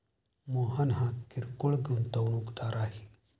मोहन हा किरकोळ गुंतवणूकदार आहे